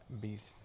beast